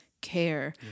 care